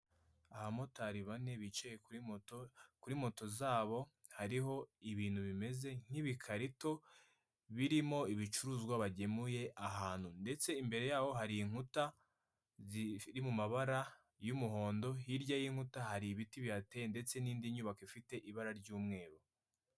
Abamotari bane bicaye kuri moto, kuri moto zabo hariho ibintu bimeze nk'ibikarito, birimo ibicuruzwa bagemuye ahantu, ndetse imbere yabo hari inkuta ziri mumabara y'umuhondo. Hirya y'inkuta hari ibiti bihateye ndetse n'indi nyubako ifite ibara ry'umweru.